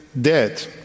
dead